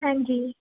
ਹਾਂਜੀ